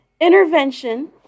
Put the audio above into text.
intervention